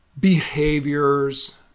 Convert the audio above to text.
behaviors